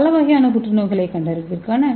பல வகையான புற்றுநோயைக் கண்டறிவதற்கான டி